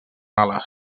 ales